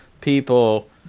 people